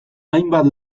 hainbat